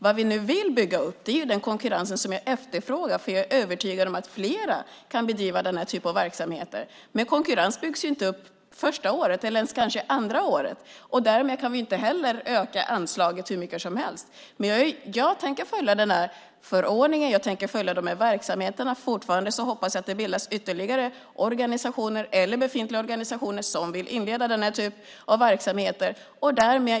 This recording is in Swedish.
Vad vi nu vill bygga upp är den konkurrens som jag efterfrågar. Jag är övertygad om att fler kan bedriva denna typ av verksamheter, men konkurrens byggs kanske inte upp första året eller ens andra året. Därför kan vi inte heller öka anslaget hur mycket som helst. Jag tänker följa förordningen. Jag tänker följa verksamheterna. Fortfarande hoppas jag att det bildas ytterligare organisationer eller att andra befintliga organisationer vill inleda den här typen av verksamhet.